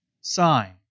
sign